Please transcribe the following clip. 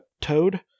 Toad